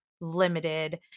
limited